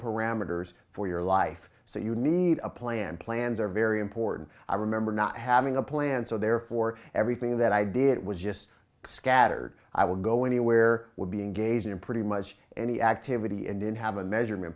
parameters for your life so you need a plan plans are very important i remember not having a plan so therefore everything that i did it was just scattered i would go anywhere would be engaging in pretty much any activity and didn't have a measurement